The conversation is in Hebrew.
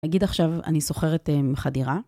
נגיד עכשיו אני סוחרת מחר דירה.